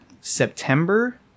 September